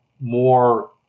more